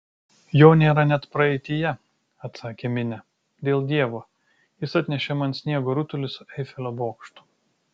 jo nėra net praeityje atsakė minė dėl dievo jis atnešė man sniego rutulį su eifelio bokštu